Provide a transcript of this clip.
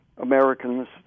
Americans